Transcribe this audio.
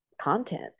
content